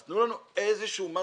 אז תנו לנו איזה דבר.